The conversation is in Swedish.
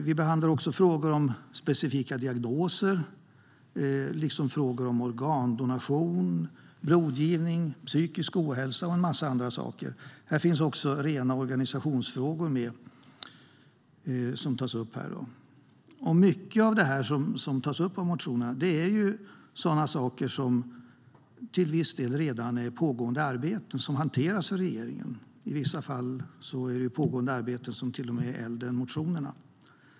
Vi behandlar också frågor om specifika diagnoser, om organdonation, blodgivning, psykisk ohälsa och en mängd andra saker. Dessutom finns rena organisationsfrågor med. Många av de frågor som tas upp i motionerna gäller sådant som det till viss del pågår ett arbete med som hanteras av regeringen. I vissa fall förekommer det pågående arbeten som till och med är äldre än motionerna.